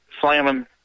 slamming